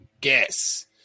guess